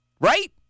Right